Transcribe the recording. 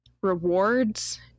Rewards